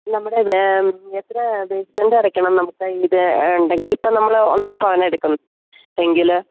നമ്മുടെ എത്ര ബേസ്മെൻ്റ് അടക്കണം നമുക്ക് ഇത് ഉണ്ടെങ്കിൽ ഇപ്പോൾ നമ്മൾ ഒന്നര പവൻ എടുക്കുന്നു എങ്കിൽ